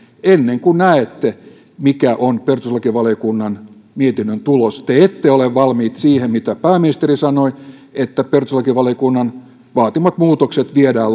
ennen kuin näette mikä on perustuslakivaliokunnan mietinnön tulos te ette ole valmiita siihen mitä pääministeri sanoi että perustuslakivaliokunnan vaatimat muutokset viedään